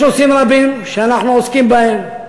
יש נושאים רבים שאנחנו עוסקים בהם.